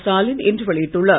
ஸ்டாலின் இன்று வெளியிட்டுள்ளார்